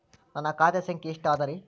ನನ್ನ ಖಾತೆ ಸಂಖ್ಯೆ ಎಷ್ಟ ಅದರಿ?